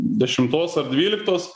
dešimtos ar dvyliktos